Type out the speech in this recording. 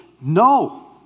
no